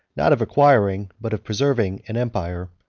not of acquiring, but of preserving an empire,